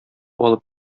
алып